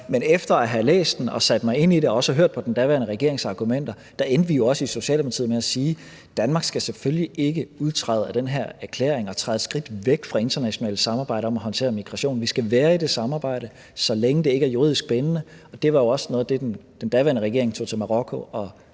Men efter at have læst den og sat mig ind i det og også hørt på den daværende regerings argumenter endte vi jo også i Socialdemokratiet med at sige: Danmark skal selvfølgelig ikke udtræde af den her erklæring og træde et skridt væk fra internationale samarbejder om at håndtere migrationen. Vi skal være i det samarbejde, så længe det ikke er juridisk bindende. Og det var jo også noget af det, den daværende regering tog til Marokko